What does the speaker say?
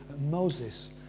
Moses